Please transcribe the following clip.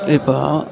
இப்போ